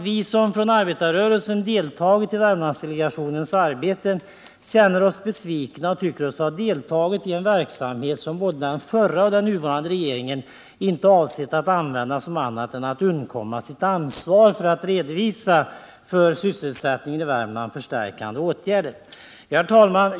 Vi som från arbetarrörelsen deltar i Värmlandsdelegationens arbete känner oss besvikna och tycker oss ha deltagit i en verksamhet som både den förra och den nuvarande regeringen inte avsett att använda annat än för att undkomma sitt ansvar när det gäller att redovisa för sysselsättningen i Värmland förstärkande åtgärder.